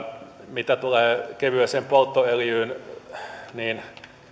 mitä tulee kevyeen polttoöljyyn niin